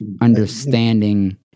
Understanding